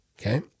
okay